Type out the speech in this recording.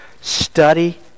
study